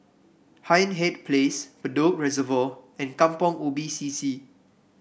Hindhede Place Bedok Reservoir and Kampong Ubi C C